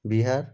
Bihar